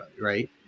right